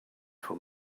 for